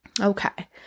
Okay